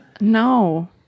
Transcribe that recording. No